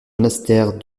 monastère